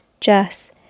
Jess